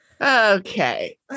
Okay